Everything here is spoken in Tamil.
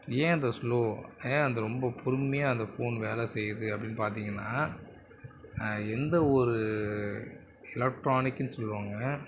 ஏன் அந்த ஸ்லோ ஏன் அந்த ரொம்ப பொறுமையாக அந்த ஃபோனு வேலை செய்யுது அப்படினு பார்த்திங்கனா எந்த ஒரு எலக்ட்ரானிக்குனு சொல்லுவாங்க